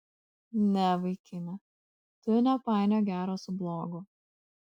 ne vaikine tu nepainiok gero su blogu